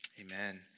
Amen